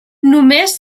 només